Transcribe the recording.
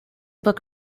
book